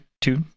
Two